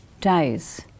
days